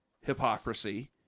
hypocrisy